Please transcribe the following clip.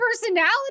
personality